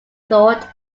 thought